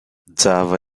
java